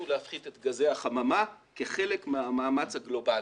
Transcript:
להפחית את גזי החממה כחלק מהמאמץ הגלובלי.